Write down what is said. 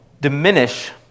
diminish